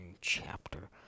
chapter